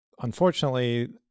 Unfortunately